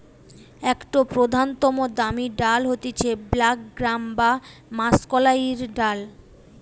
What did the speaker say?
একটো প্রধানতম দামি ডাল হতিছে ব্ল্যাক গ্রাম বা মাষকলাইর ডাল